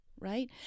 right